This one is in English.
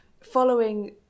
following